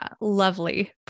lovely